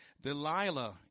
Delilah